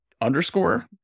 underscore